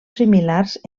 similars